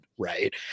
right